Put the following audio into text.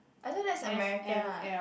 I thought that's American [what]